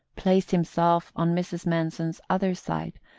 placed himself on mrs. manson's other side,